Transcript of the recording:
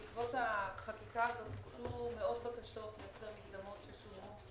בעקבות החקיקה הזאת הוגשו מאות בקשות להחזר מקדמות ששולמו.